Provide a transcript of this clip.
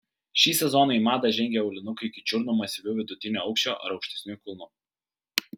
šį sezoną į madą žengė aulinukai iki čiurnų masyviu vidutinio aukščio ar aukštesniu kulnu